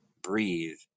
breathe